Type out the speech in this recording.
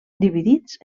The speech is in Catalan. dividits